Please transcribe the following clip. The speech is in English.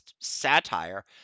satire